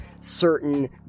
certain